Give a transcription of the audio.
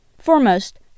Foremost